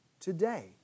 today